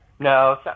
No